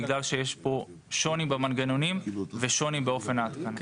בגלל שיש פה שוני במנגנונים ושוני באופן ההתקנה.